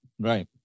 right